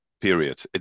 period